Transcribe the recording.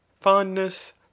fondness